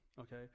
okay